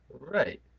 Right